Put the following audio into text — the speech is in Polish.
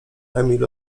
emil